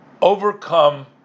overcome